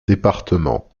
département